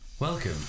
Welcome